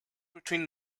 between